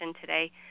today